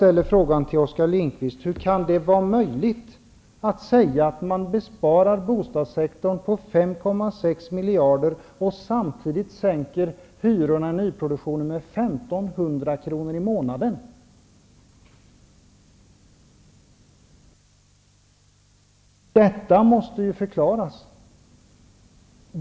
Hur kan det vara möjligt att säga att man besparar bostadssektorn på 5,6 miljarder och samtidigt sänker hyrorna i nyproduktionen med 1 500 kr. i månaden? Detta måste ju förklaras.